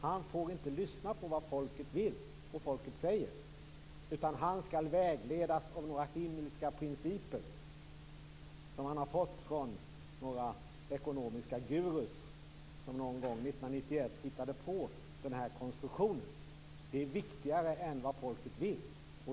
Han får inte lyssna på vad folket vill och vad folket säger. Han skall vägledas av några himmelska principer som han har fått av några ekonomiska guruer som någon gång 1991 hittade på den här konstruktionen. Det är viktigare än vad folket vill.